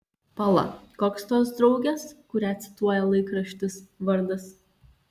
pala koks tos draugės kurią cituoja laikraštis vardas